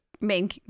main